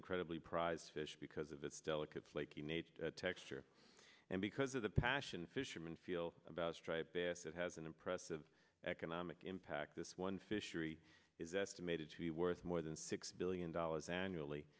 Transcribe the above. incredibly prized fish because of its delicate flaky nature texture and because of the passion fishermen feel about a striped bass that hasn't us of economic impact this one fishery is estimated to be worth more than six billion dollars annually